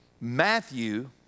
Matthew